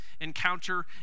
encounter